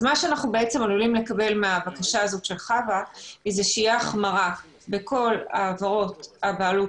מה שאנחנו עלולים לקבל הבקשה של חוה זה שתהיה החמרה בכל העברות הבעלות